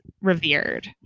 revered